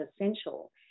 essential